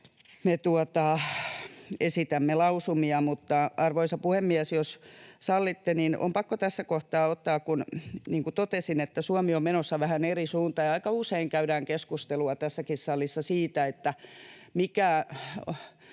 me esitämme lausumia. Arvoisa puhemies! Jos sallitte, niin on pakko tässä kohtaa ottaa esiin, niin kuin totesin, että Suomi on menossa vähän eri suuntaan. Aika usein käydään keskustelua tässäkin salissa siitä, mikä